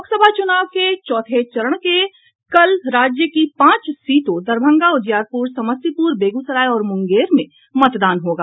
लोकसभा चुनाव के चौथे चरण में कल राज्य की पांच सीटों दरभंगा उजियारपूर समस्तीपूर बेगूसराय और मूंगेर में मतदान होगा